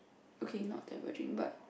okay not diverging but